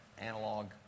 analog